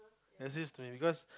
is this because